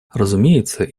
разумеется